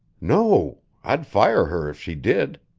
no i'd fire her if she did.